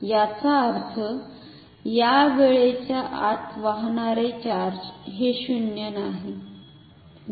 याचा अर्थ या वेळेच्या आत वाहणारे चार्ज हे 0 नाही